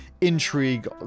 intrigue